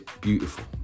beautiful